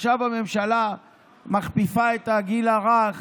עכשיו הממשלה מכפיפה את הגיל הרך